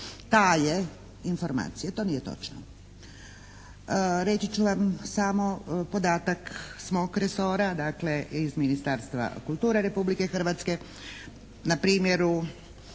taje informacije. To nije točno. Reći ću vam samo podatak s mog resora, dakle iz Ministarstva kulture Republike Hrvatske, na primjeru